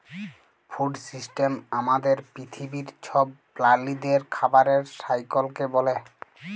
food system আমাদের পিথিবীর ছব প্রালিদের খাবারের সাইকেলকে ব্যলে